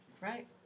Right